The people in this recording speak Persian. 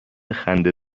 خنده